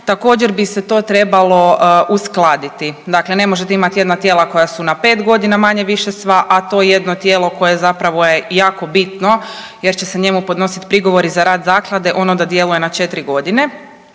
također bi se to trebalo uskladiti. Dakle, ne možete imati jedna tijela koja su na pet godina manje-više sva, a to jedno tijelo koje je zapravo bitno jer će se njemu podnositi prigovori za rad zaklade ono da djeluje na četiri godine.